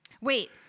wait